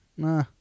Nah